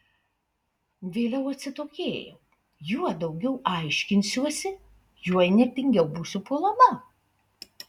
vėliau atsitokėjau juo daugiau aiškinsiuosi juo įnirtingiau būsiu puolama